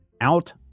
Out